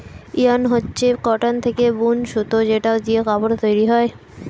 yarn হচ্ছে cotton থেকে বুন সুতো যেটা দিয়ে কাপড় তৈরী হয়